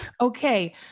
Okay